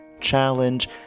challenge